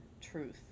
truth